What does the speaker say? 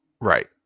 Right